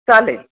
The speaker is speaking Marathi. चालेल